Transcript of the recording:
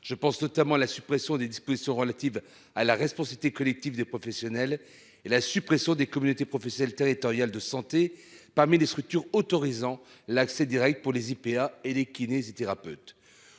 Je pense notamment à la suppression des dispositions relatives à la responsabilité collective des professionnels et à la suppression des communautés professionnelles territoriales de santé parmi les structures autorisant l'accès direct pour les IPA et les kinésithérapeutes.